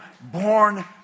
born